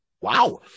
Wow